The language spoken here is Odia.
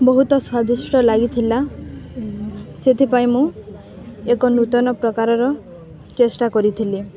ବହୁତ ସ୍ଵାଦିଷ୍ଟ ଲାଗିଥିଲା ସେଥିପାଇଁ ମୁଁ ଏକ ନୂତନ ପ୍ରକାରର ଚେଷ୍ଟା କରିଥିଲି